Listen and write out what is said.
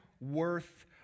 worth